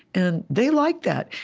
and they liked that.